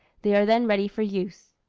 they are then ready for use.